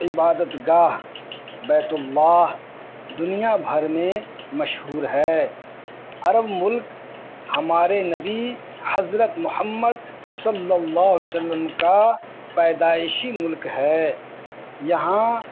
عبادت گاہ بیت اللہ دنیا بھر میں مشہور ہے عرب ملک ہمارے نبی حضرت محمد صلی اللہ عیہ وسلم کا پیدائشی ملک ہے یہاں